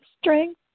strength